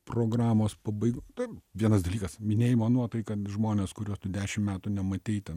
programos pabaig taip vienas dalykas minėjimo nuotaika žmonės kuriuos tu dešim metų nematei ten